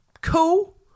cool